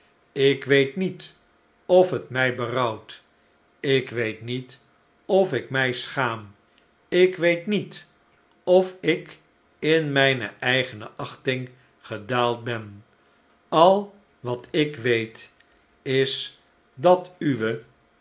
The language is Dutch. ik weet niet of het mij berouwt ik weet nietofikmij schaam ik weet niet of ik in mijne eigene achting gedaald ben al wat ik weet is dat uwe